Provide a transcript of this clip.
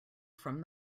from